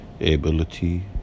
ability